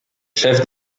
chefs